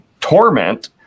torment